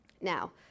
Now